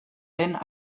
lehen